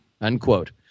unquote